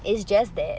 it's just that